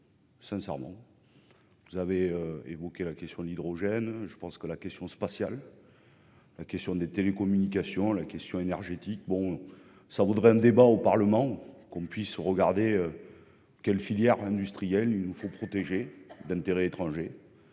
Sincèrement, vous avez évoqué la question de l'hydrogène, je pense que la question spatiale, la question des télécommunications, la question énergétique, bon ça voudrait un débat au Parlement, qu'on puisse regarder quelles filières industrielles, il nous faut protéger d'intérêts étrangers,